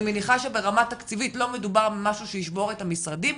אני מניחה שברמה תקציבית לא מדובר במשהו שישבור את המשרדים,